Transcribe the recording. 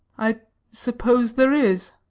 i suppose there is.